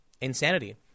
insanity